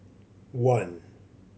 one